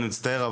אני מצטער,